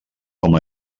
com